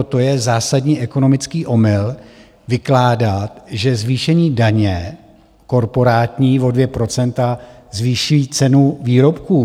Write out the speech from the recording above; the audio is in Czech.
To je zásadní ekonomický omyl vykládat, že zvýšení daně korporátní o 2 % zvýší cenu výrobků.